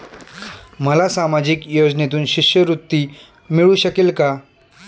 मला सामाजिक योजनेतून शिष्यवृत्ती मिळू शकेल का?